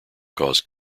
caused